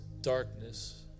darkness